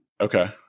okay